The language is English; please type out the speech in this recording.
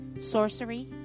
sorcery